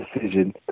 decision